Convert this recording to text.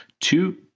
Two